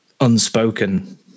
unspoken